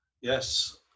yes